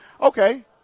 okay